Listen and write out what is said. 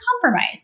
compromise